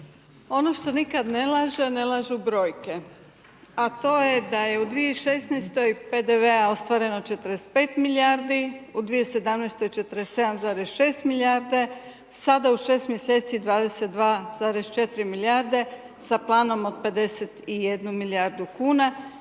ono što nikad ne laže, ne lažu brojke a to je da je u 2016. PDV-a ostvareno 45 milijardi, u 2017. 47,6 milijarde, sada u 6 mj. 22,4 milijarde, sa planom od 51 milijardu kuna,